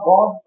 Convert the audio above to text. God